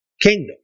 kingdom